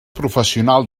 professional